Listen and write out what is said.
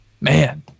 man